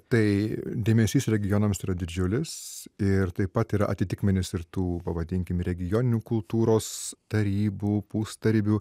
tai dėmesys regionams yra didžiulis ir taip pat yra atitikmenys ir tų pavadinkim regioninių kultūros tarybų pastarybių